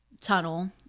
tunnel